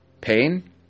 Pain